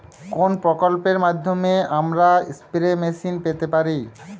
কোন প্রকল্পের মাধ্যমে আমরা স্প্রে মেশিন পেতে পারি?